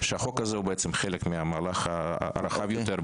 שהחוק הזה הוא חלק מהמהלך הרחב יותר,